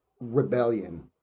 rebellion